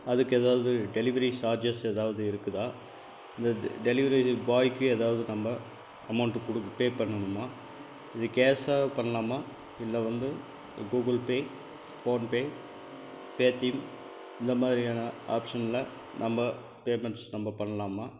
அதுக்கு ஏதாவது delivery charges ஏதாவது இருக்குதா இந்த டெலிவரி பாய்க்கு ஏதாவது நம்ம அமௌண்ட் குடுக் பே பண்ணணுமா இது கேஷா பண்ணலாமா இல்லை வந்து கூகுள் பே ஃபோன்பே பேடிஎம் இந்த மாதிரியான ஆப்சனில் நம்ம பேமென்ட்ஸ் நம்ம பண்ணலாமா